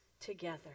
together